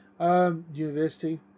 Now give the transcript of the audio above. University